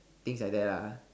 things like that lah